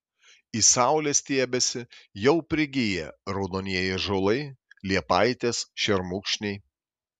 į saulę stiebiasi jau prigiję raudonieji ąžuolai liepaitės šermukšniai